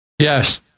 yes